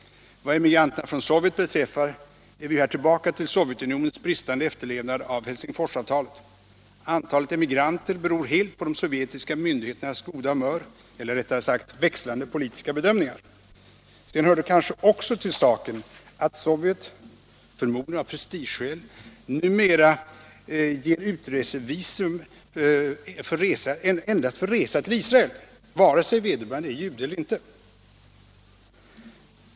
Vad emigranterna från Sovjet beträffar är vi ju här tillbaka till Sovjetunionens bristande efterlevnad av Helsingforsavtalet. Antalet emigranter beror helt på de Sovjetiska myndigheternas goda humör — eller rättare sagt växlande politiska bedömningar. Sedan hör det kanske också till saken att Sovjet, förmodligen av prestigeskäl, numera endast ger utresevisa för resa till Israel, oavsett om vederbörande är jude eller inte.